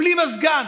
בלי מזגן,